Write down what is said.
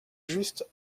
juste